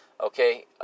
okay